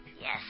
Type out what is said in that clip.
Yes